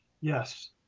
Yes